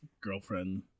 girlfriend